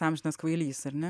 amžinas kvailys ar ne